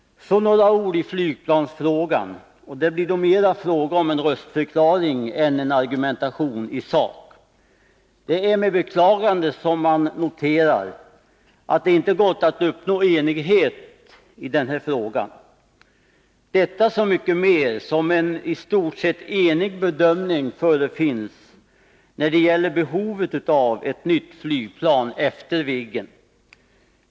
Så några ord i flygplansfrågan, och det blir då mera en röstförklaring än en argumentation i sak. Det är med beklagande som man noterar att det inte gått att uppnå enighet i denna fråga — detta så mycket mer som en i stort sett enig bedömning förefinns när det gäller behovet av ett nytt flygplan efter Viggen.